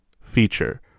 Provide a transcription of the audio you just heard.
feature